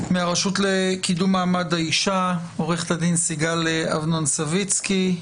מהרשות לקידום מעמד האשה עו"ד סיגל אבנון סביצקי,